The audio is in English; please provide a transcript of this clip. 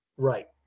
Right